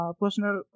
personal